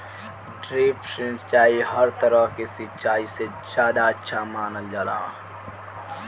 drip सिंचाई हर तरह के सिचाई से ज्यादा अच्छा मानल जाला